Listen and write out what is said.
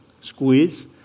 squeeze